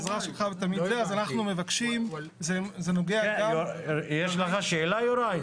אנחנו מבקשים --- יש לך שאלה, יוראי?